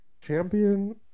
Champion